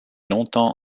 longtemps